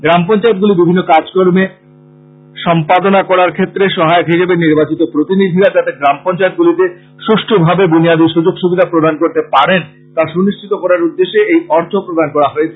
গাঁও পঞ্চায়েতগুলি বিভিন্ন কাজকর্ম সম্পাদন করার ক্ষেত্রে সহায়ক হিসেবে নির্বাচিত প্রতিনিধিরা যাতে গাঁও পঞ্চায়েতগুলিতে সুষ্ঠুভাবে বুনিয়াদী সুযোগ সুবিধা প্রদান করতে পারে তা সুনিশ্চিত করার উদ্দেশ্যে এই অর্থ প্রদান করা হয়েছে